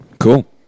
Cool